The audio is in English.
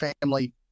family